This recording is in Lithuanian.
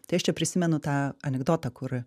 tai aš čia prisimenu tą anekdotą kur